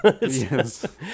Yes